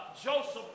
Joseph